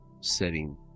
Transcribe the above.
setting